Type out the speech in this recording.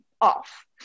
off